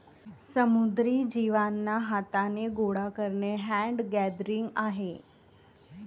समुद्री जीवांना हाथाने गोडा करणे हैंड गैदरिंग आहे